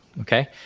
Okay